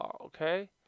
Okay